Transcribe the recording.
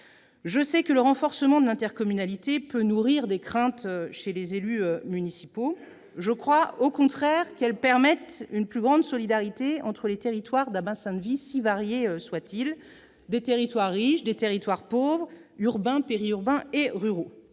Je sais que le renforcement de l'intercommunalité peut nourrir des craintes chez les élus municipaux. Au contraire, il me semble qu'elle permet une plus grande solidarité entre les territoires d'un bassin de vie, si variés soient-ils : territoires riches, pauvres, urbains, périurbains, ruraux.